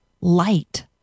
light